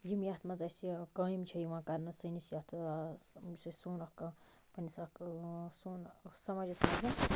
یِم یتھ مَنٛز اَسہِ کامہِ چھِ یِوان کَرنہٕ سٲنِس یتھ یہِ چھُ سون اکھ پَننِس اکھ سون سَماجَس مَنز